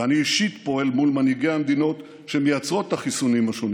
ואני אישית פועל מול מנהיגי המדינות שמייצרות את החיסונים השונים